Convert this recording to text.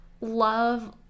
love